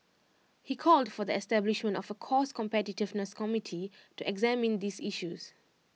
he called for the establishment of A cost competitiveness committee to examine these issues